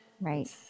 right